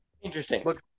Interesting